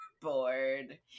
bored